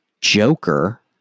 Joker